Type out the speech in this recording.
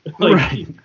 Right